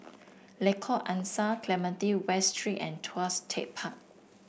Lengkok Angsa Clementi West Street and Tuas Tech Park